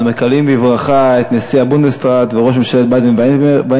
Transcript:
אנו מקדמים בברכה את נשיא הבונדסרט וראש ממשלת באדן-וורטמברג,